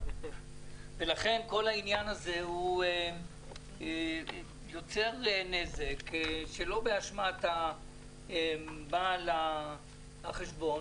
כל העניין הזה יוצר נזק שלא באשמת בעל החשבון,